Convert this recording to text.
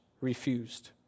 refused